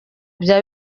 bya